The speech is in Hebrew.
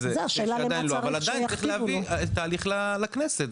אבל עדיין צריך להביא את התהליך לכנסת,